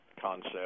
concept